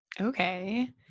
Okay